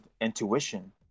intuition